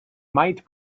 might